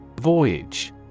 Voyage